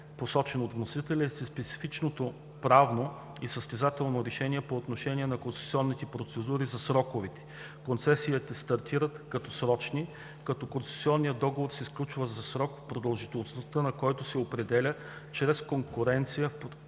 важен акцент е специфичното правно и състезателно решение по отношение на концесионните процедури за сроковете. Концесиите стартират като срочни, като концесионният договор се сключва за срок, продължителността на който се определя чрез конкуренция в процедурата